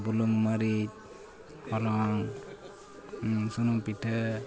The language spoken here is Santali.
ᱵᱩᱞᱩᱝ ᱢᱟᱹᱨᱤᱪ ᱦᱚᱞᱚᱝ ᱥᱩᱱᱩᱢ ᱯᱤᱴᱷᱟᱹ